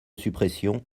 suppression